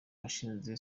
bashinze